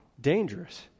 dangerous